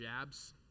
jabs